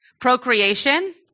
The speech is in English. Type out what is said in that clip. Procreation